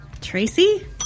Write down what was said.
Tracy